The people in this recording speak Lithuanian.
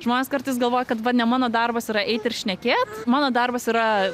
žmonės kartais galvoja kad va ne mano darbas yra eit ir šnekėt mano darbas yra